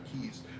keys